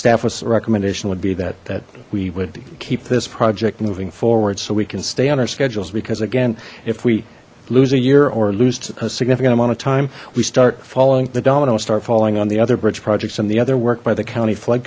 staff was recommendation would be that that we would keep this project moving forward so we can stay on our schedules because again if we lose a year or lose a significant amount of time we start following the dominoes start falling on the other bridge projects and the other work by the county fl